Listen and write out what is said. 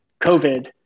COVID